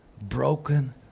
broken